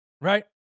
right